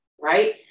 Right